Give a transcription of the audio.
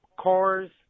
cars